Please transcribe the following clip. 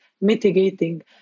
mitigating